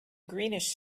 greenish